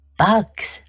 bugs